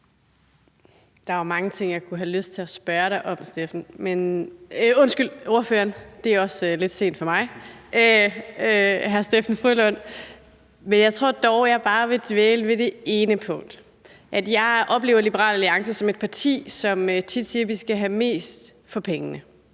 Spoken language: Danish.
Der er mange ting, jeg kunne have lyst til at spørge dig om, Steffen – undskyld, jeg mener ordføreren. Det er også lidt sent for mig, hr. Steffen W. Frølund. Men jeg tror dog, at jeg bare vil dvæle ved det ene punkt, nemlig at jeg oplever Liberal Alliance som et parti, der tit siger, at vi skal have mest for pengene.